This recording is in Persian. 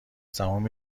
تموم